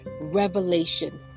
revelation